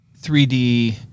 3d